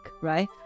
right